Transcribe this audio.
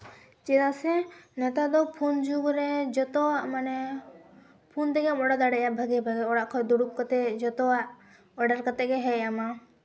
ᱪᱮᱫᱟᱜ ᱥᱮ ᱱᱮᱛᱟᱨ ᱫᱚ ᱯᱷᱳᱱ ᱡᱩᱜᱽ ᱨᱮ ᱡᱚᱛᱚᱣᱟᱜ ᱢᱟᱱᱮ ᱯᱷᱳᱱ ᱛᱮᱜᱮᱢ ᱵᱟᱲᱟᱭ ᱫᱟᱲᱮᱭᱟᱜᱼᱟ ᱵᱷᱟᱹᱜᱤ ᱵᱷᱟᱜᱮ ᱚᱲᱟᱜ ᱠᱷᱚᱡ ᱫᱩᱲᱩᱵ ᱠᱟᱛᱮ ᱡᱚᱛᱚᱣᱟᱜ ᱚᱰᱟᱨ ᱠᱟᱛᱮ ᱜᱮ ᱦᱮᱡ ᱟᱢᱟ